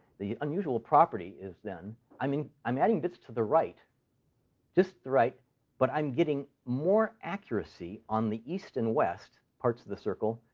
the unusual property is, then i mean, i'm adding bits to the right just the right but i'm getting more accuracy on the east and west parts of the circle.